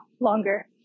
longer